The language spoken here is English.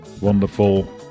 wonderful